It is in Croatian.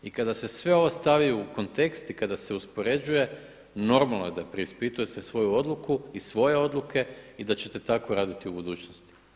I kada se sve ovo stavi u kontekst i kada se uspoređuje, normalno je da preispitujete svoje odluku i svoje odluke i da ćete tako raditi u budućnosti.